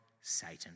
Satan